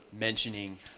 mentioning